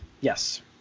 yes